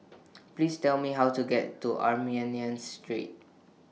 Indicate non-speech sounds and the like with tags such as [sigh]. [noise] Please Tell Me How to get to Armenian Street